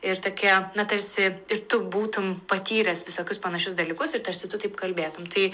ir tokie na tarsi ir tu būtum patyręs visokius panašius dalykus ir tarsi tu taip kalbėtum tai